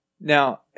Now